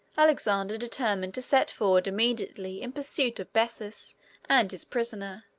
alexander determined to set forward immediately in pursuit of bessus and his prisoner.